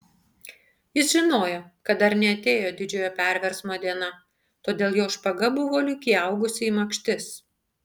jis žinojo kad dar neatėjo didžiojo perversmo diena todėl jo špaga buvo lyg įaugusi į makštis